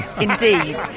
Indeed